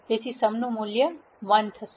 તેથી સમ નું મૂલ્ય 1 થશે